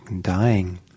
dying